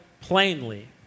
plainly